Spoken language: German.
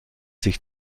sich